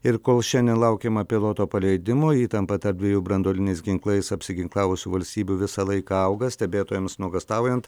ir kol šiandien laukiama piloto paleidimo įtampa tarp dviejų branduoliniais ginklais apsiginklavusių valstybių visą laiką auga stebėtojams nuogąstaujant